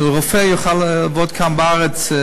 שרופא לא-טוב יוכל לעבוד כאן בארץ.